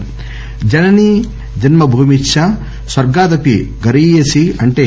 జననీ జన్మభూమిశ్చ స్వర్గాదపి గరీయసి అంటే